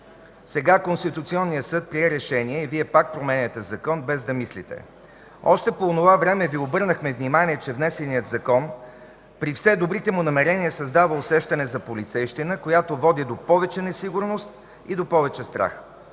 Сега Конституционният съд прие решение и Вие пак променяте закон без да мислите. Още по онова време Ви обърнахме внимание, че внесеният Закон, при все добрите му намерения, създава усещане за полицейщина, която води до повече несигурност и до повече страх.